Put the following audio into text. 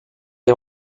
est